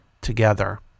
together